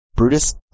Brutus